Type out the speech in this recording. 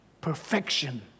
perfection